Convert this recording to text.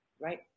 Right